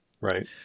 Right